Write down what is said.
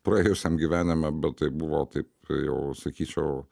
praėjusiam gyvenime bet tai buvo taip jau sakyčiau